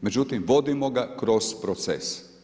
međutim vodimo ga kroz proces.